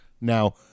Now